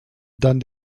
dann